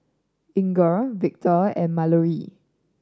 Inger Victor and Mallory